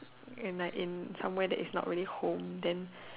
in uh in somewhere that is not really home then